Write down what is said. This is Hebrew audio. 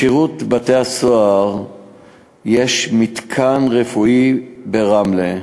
לשירות בתי-הסוהר יש מתקן רפואי ברמלה,